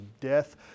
death